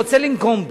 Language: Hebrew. רוצה לנקום בי.